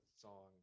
song